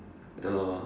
ya lor